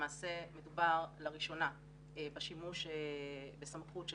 למעשה מדובר לראשונה בשימוש בסמכות של